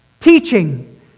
teaching